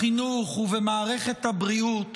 בחינוך ובמערכת הבריאות